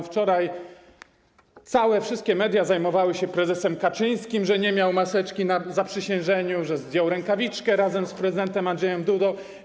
Wczoraj wszystkie media zajmowały się prezesem Kaczyńskim, tym, że nie miał maseczki na zaprzysiężeniu, że zdjął rękawiczkę, wraz z prezydentem Andrzejem Dudą.